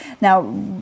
Now